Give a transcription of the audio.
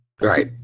Right